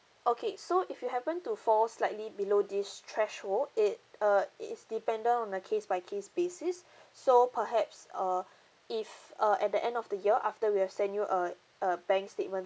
okay so if you happen to fall slightly below this threshold it uh it is dependent on a case by case basis so perhaps uh if uh at the end of the year after we have send you a a bank statement